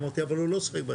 אמרתי אבל הוא לא ---.